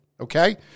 okay